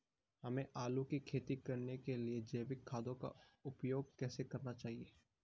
हमें आलू की खेती करने के लिए जैविक खाद का उपयोग कैसे करना चाहिए?